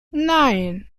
nine